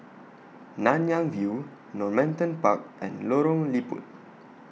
Nanyang View Normanton Park and Lorong Liput